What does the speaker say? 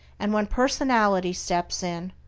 and when personality steps in,